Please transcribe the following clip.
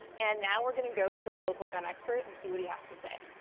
and now we're gonna go to a local gun expert and see what he has to say.